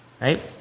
right